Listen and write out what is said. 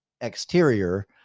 exterior